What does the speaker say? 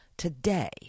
today